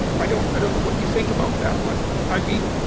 i don't i don't know what you think about that, but i mean.